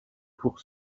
pour